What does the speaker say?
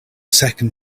second